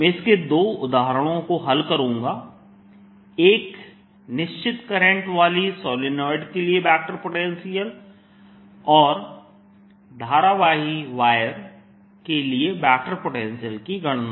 मैं इसके दो उदाहरणों को हल करूंगा एक निश्चित करंट वाली सोलेनोइड के लिए वेक्टर पोटेंशियल और धारावाही बायर के लिए वेक्टर पोटेंशियल की गणना